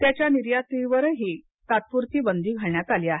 त्याच्या निर्यातीवर ही तात्पुरती बंदी घालण्यात आली आहे